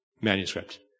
manuscript